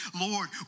Lord